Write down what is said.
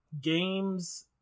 games